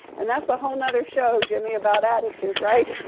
and that's a whole nother show, jimmy, about attitude. right?